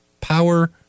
power